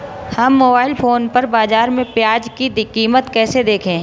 हम mobile phone पर बाज़ार में प्याज़ की कीमत कैसे देखें?